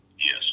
Yes